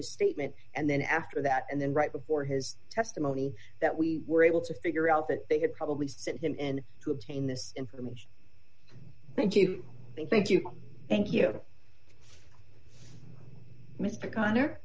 his statement and then after that and then right before his testimony that we were able to figure out that they had probably sent him in to obtain this information thank you thank you thank you mr connor